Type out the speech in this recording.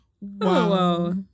Wow